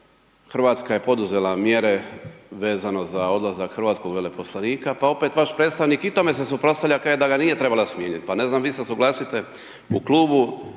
Hrvatska je poduzela mjere vezano za odlazak hrvatskog veleposlanika, pa opet vaš predstavnik i tome se suprotstavlja, kaje da ga nije trebala smijenit, pa ne znam, vi se suglasite u Klubu